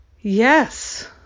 Yes